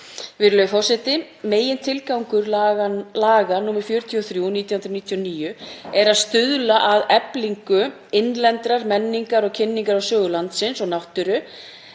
Virðulegur forseti. Megintilgangur laga nr. 43/1999 er að stuðla að eflingu innlendrar menningar og kynningar á sögu landsins og náttúru